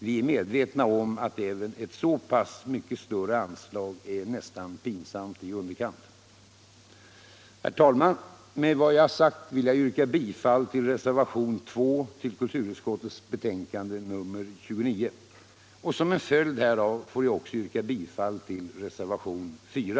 Vi är medvetna om att även ett så pass mycket större anslag är nästan pinsamt i underkant. Herr talman! Med vad jag har sagt vill jag yrka bifall till reservationen 2 vid kulturutskottets betänkande nr 29, och som en följd härav får jag också yrka bifall till reservationen 4.